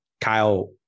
Kyle